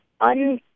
un